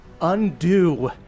undo